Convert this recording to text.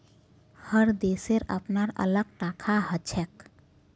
हर देशेर अपनार अलग टाका हछेक